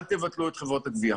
אל תבטלו את חברות הגבייה.